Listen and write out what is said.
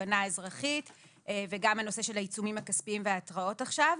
תובענה אזרחית וגם הנושא של העיצומים הכספיים וההתראות עכשיו.